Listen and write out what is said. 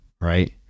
right